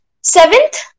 Seventh